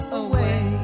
away